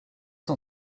son